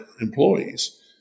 employees